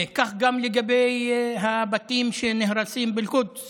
כך גם לגבי הבתים שנהרסים באל-קודס